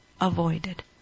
avoided